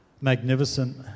magnificent